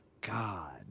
god